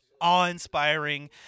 awe-inspiring